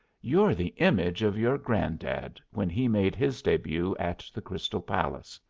you're the image of your grand-dad when he made his debut at the crystal palace.